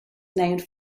named